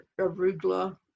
arugula